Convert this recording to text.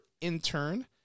intern